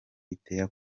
bitera